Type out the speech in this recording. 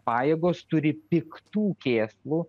pajėgos turi piktų kėslų